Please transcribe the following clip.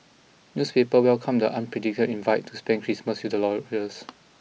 newspapers welcomed the unprecedented invite to spend Christmas with the royals